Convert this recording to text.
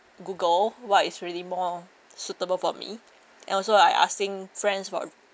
google what is really more suitable for me and also like asking friends for